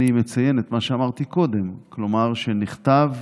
אני מציין את מה שאמרתי קודם, כלומר שנכתב